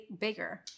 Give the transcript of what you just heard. bigger